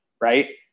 right